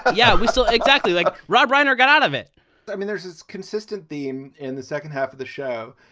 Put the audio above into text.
yeah, we still. exactly like rob reiner got out of it i mean, there's his consistent theme in the second half of the show.